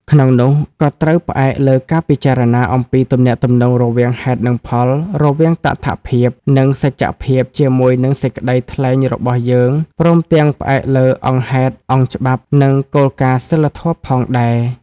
ក្នុងនោះ ក៏ត្រូវផ្អែកលើការពិចារណាអំពីទំនាក់ទំនងរវាងហេតុនិងផល រវាងតថភាព និងសច្ចភាពជាមួយនឹងសេចក្ដីថ្លែងរបស់យើង ព្រមទាំងផ្អែកលើអង្គហេតុ អង្គច្បាប់ និងគោលការណ៍សីលធម៌ផងដែរ។